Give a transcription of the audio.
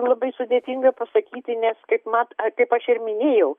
labai sudėtinga pasakyti nes kaip mat apie kaip aš ir minėjau